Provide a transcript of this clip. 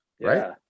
right